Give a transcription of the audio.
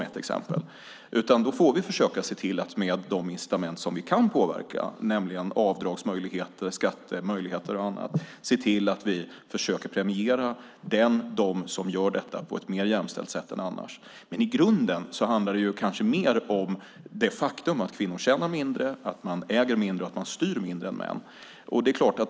Därför får vi försöka se till att med de incitament som vi kan påverka, nämligen avdragsmöjligheter, skattemöjligheter och annat, se till att vi försöker premiera dem som gör detta på ett mer jämställt sätt än annars. I grunden handlar det kanske mer om det faktum att kvinnor tjänar mindre, att de äger mindre och att de styr mindre än män.